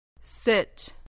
Sit